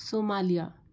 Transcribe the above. Somalia